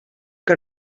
que